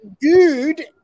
dude